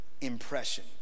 impression